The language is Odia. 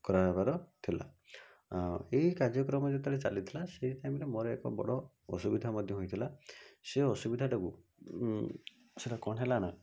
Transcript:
କରାହେବାର ଥିଲା ଏହି କାର୍ଯ୍ୟକ୍ରମ ଯେତେବେଳେ ଚାଲିଥିଲା ସେହି ଟାଇମ୍ରେ ମୋର ଏକ ବଡ଼ ଅସୁବିଧା ମଧ୍ୟ ହୋଇଥିଲା ସେ ଅସୁବିଧାଟାକୁ ସେଇଟା କ'ଣ ହେଲା ନା